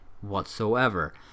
whatsoever